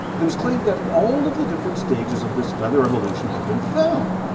it was claimed that all of the different stages of this feather evolution had been found.